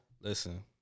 Listen